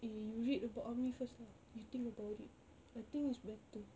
eh you read about army first lah you think about it I think it's better